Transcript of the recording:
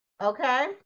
okay